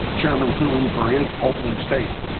chairman thune for his opening statement.